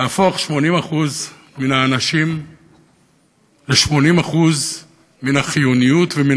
להפוך 80% מן האנשים ל-80% מן החיוניות ומן